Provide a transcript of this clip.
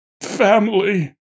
family